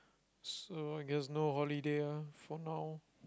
so I guess no holiday ah for now